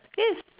yes